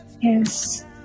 Yes